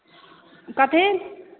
कथी